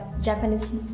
Japanese